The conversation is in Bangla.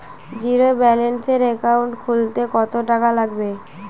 জিরোব্যেলেন্সের একাউন্ট খুলতে কত টাকা লাগবে?